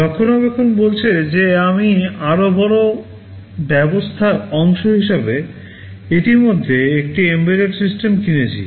রক্ষণাবেক্ষণ বলছে যে আমি আরও বড় ব্যবস্থার অংশ হিসাবে ইতিমধ্যে একটি এমবেডেড সিস্টেম কিনেছি